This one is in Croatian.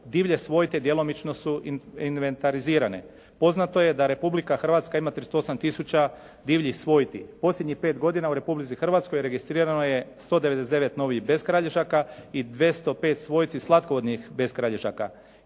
Divlje svojte djelomično su inventarizirane. Poznato je da Republika Hrvatska ima 38 tisuća divljih svojti. Posljednjih 5 godina u Republici Hrvatskoj registrirano je 199 novih beskralježnjaka i 205 svojti slatkovodnih beskralježnjaka.